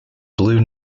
blue